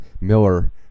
Miller